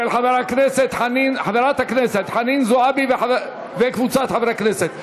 של חברת הכנסת חנין זועבי וקבוצת חברי הכנסת.